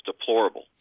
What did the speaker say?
deplorable